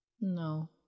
No